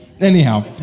Anyhow